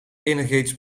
energetisch